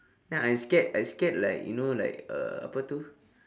then I scared I scared like you like uh apa itu